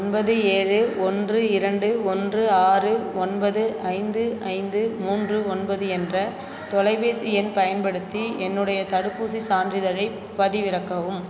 ஒன்பது ஏழு ஒன்று இரண்டு ஒன்று ஆறு ஒன்பது ஐந்து ஐந்து மூன்று ஒன்பது என்ற தொலைபேசி எண் பயன்படுத்தி என்னுடைய தடுப்பூசிச் சான்றிதழைப் பதிவிறக்கவும்